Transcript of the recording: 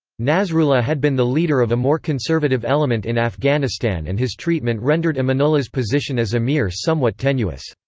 nasrullah had been the leader of a more conservative element in afghanistan and his treatment rendered amanullah's position as amir somewhat tenuous.